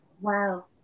Wow